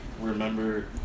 remember